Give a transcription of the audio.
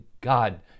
God